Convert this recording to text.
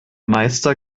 meister